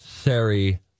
Sari